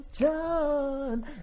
john